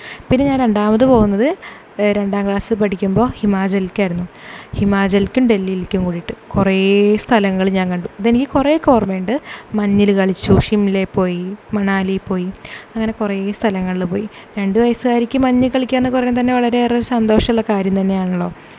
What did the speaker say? പിന്നെ ഞാൻ രണ്ടാമത് പോവുന്നത് രണ്ടാം ക്ലാസിൽ പഠിക്കുമ്പോൾ ഹിമാചലിലേക്കായിരുന്നു ഹിമാചലിലേക്കും ഡൽഹിയിലേക്കും കൂടിയിട്ട് കുറേ സ്ഥലങ്ങൾ ഞാൻ കണ്ടു ഇതെനിക്ക് കുറേയൊക്കെ ഓർമ ഉണ്ട് മഞ്ഞിൽ കളിച്ചു ഷിംലയിൽ പോയി മണാലി പോയി അങ്ങനെ കുറേ സ്ഥലങ്ങളിൽ പോയി രണ്ടു വയസ്സുകാരിക്ക് മഞ്ഞിൽ കളിക്കുക എന്നൊക്കെ പറയുന്നത് തന്നെ വളരെയേറെ ഒരു സന്തോഷം ഉള്ള കാര്യം തന്നെയാണല്ലോ